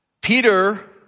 Peter